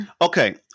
Okay